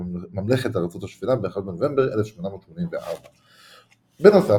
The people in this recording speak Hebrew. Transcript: ממלכת ארצות השפלה ב־1 בנובמבר 1884. בנוסף,